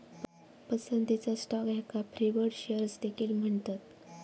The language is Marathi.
पसंतीचा स्टॉक याका प्रीफर्ड शेअर्स देखील म्हणतत